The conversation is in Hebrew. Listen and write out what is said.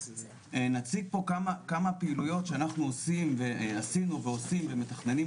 נציג פה כמה פעילויות שאנחנו עושים ועשינו ומתכננים